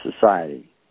society